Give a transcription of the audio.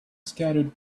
scattered